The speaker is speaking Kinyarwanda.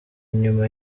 nyuma